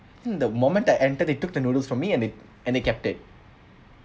the moment I entered they took the noodles from me and they and they kept it